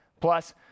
plus